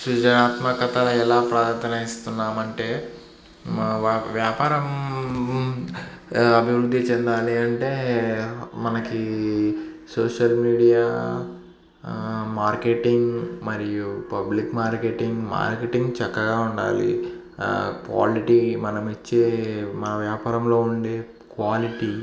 సృజనాత్మకత ఎలా ప్రారంభిస్తున్నాం అంటే వ వ్యాపారం అభివృద్ధి చెందాలి అంటే మనకు సోషల్ మీడియా మార్కెటింగ్ మరియు పబ్లిక్ మార్కెటింగ్ మార్కెటింగ్ చక్కగా ఉండాలి క్వాలిటీ మనం ఇచ్చే మన వ్యాపారంలో ఉండే క్వాలిటీ